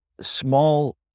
small